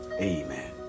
Amen